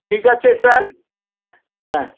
ঠিক আছে স্যার হ্যাঁ